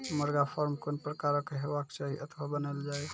मुर्गा फार्म कून प्रकारक हेवाक चाही अथवा बनेल जाये?